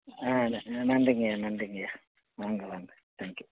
ஆ ந நன்றிங்க நன்றிங்க ஐயா வாங்க வாங்க தேங்க் யூ